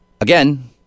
Again